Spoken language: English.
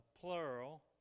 plural